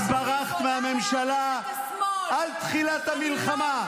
את ברחת מהממשלה -- אני יכולה להעריך את השמאל,